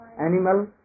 animal